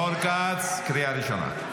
רון כץ, קריאה ראשונה.